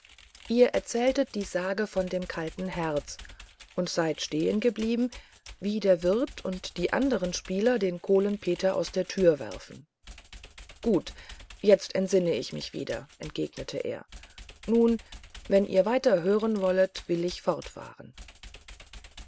ihr erzähltet die sage von dem kalten herz und seid stehengeblieben wie der wirt und der andere spieler den kohlen peter aus der türe werfen gut jetzt entsinne ich mich wieder entgegnete er nun wenn ihr weiter hören wollet will ich fortfahren